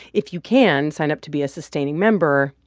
if you can sign up to be a sustaining member,